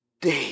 day